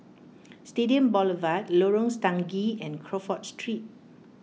Stadium Boulevard Lorong Stangee and Crawford Street